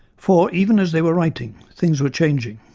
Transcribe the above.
for even as they were writing, things were changing.